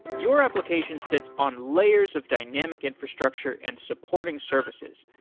your application sits on layers of dynamic infrastructure and supporting services.